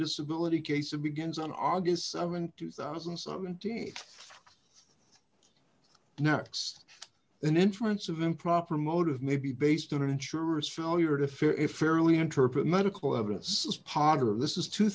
disability case of begins on august th two thousand and seventeen next an entrance of improper motive may be based on insurers failure to fear if fairly interpret medical evidence as potter this is two